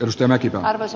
ristimäki harva se